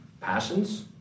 passions